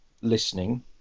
listening